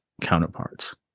counterparts